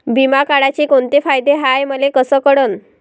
बिमा काढाचे कोंते फायदे हाय मले कस कळन?